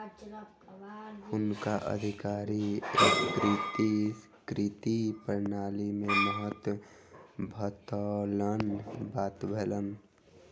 हुनका अधिकारी एकीकृत कृषि प्रणाली के महत्त्व बतौलैन